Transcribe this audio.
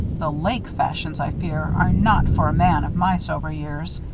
the lake fashions, i fear, are not for a man of my sober years.